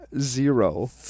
Zero